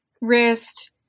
wrist